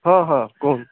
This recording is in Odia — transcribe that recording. ହଁ ହଁ କୁହନ୍ତୁ